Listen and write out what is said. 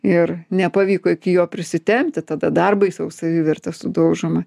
ir nepavyko iki jo prisitempti tada dar baisiau savivertė sudaužoma